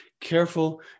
careful